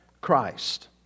Christ